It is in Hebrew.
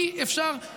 אי-אפשר,